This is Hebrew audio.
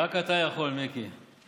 רק אתה יכול, מיקי.